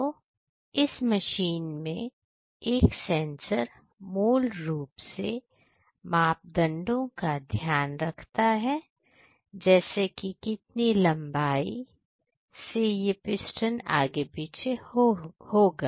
तो इस मशीन में एक सेंसर मूल रूप से मापदंडों का ध्यान रखता है जैसे की कितनी लंबाई से ये पिस्टन आगे पीछे होगा